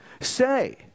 Say